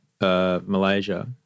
Malaysia